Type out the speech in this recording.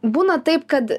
būna taip kad